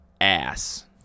ass